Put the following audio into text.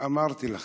אמרתי לכם,